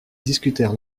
discutèrent